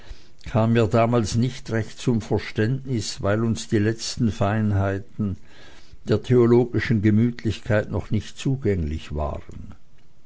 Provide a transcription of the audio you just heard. kam mir damals nicht recht zum verständnis weil uns die letzten feinheiten der theologischen gemütlichkeit noch nicht zugänglich waren